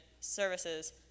services